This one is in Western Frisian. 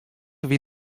wie